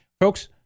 folks